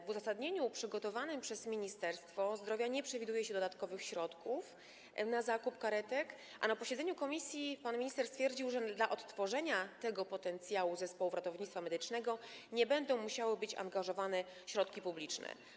W uzasadnieniu przygotowanym przez Ministerstwo Zdrowia nie przewiduje się dodatkowych środków na zakup karetek, a na posiedzeniu komisji pan minister stwierdził, że do odtworzenia tego potencjału zespołów ratownictwa medycznego nie będą musiały być angażowane środki publiczne.